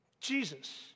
Jesus